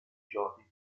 giochi